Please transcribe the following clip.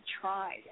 tried